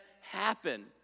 happen